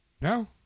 No